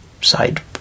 side